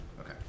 Okay